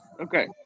Okay